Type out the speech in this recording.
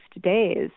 days